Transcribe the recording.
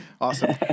Awesome